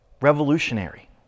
revolutionary